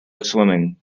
swimming